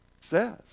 says